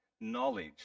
knowledge